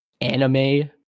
anime